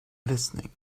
listening